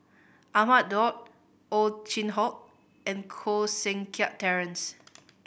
Ahmad Daud Ow Chin Hock and Koh Seng Kiat Terence